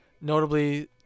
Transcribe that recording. notably